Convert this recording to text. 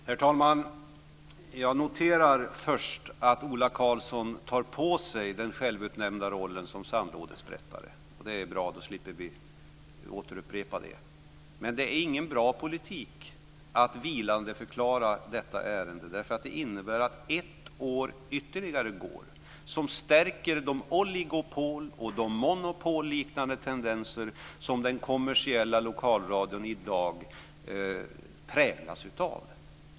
Herr talman! Jag noterar att Ola Karlsson tar på sig rollen som sandlådesprättare. Det är bra. Då slipper vi upprepa det. Men det är ingen bra politik att vilandeförklara detta ärende. Det innebär att det går ytterligare ett år som stärker de oligopol och monopolliknande tendenser som den kommersiella lokalradion i dag präglas av.